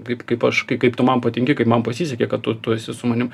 kaip kaip aš kaip tu man patinki kaip man pasisekė kad tu tu esi su manim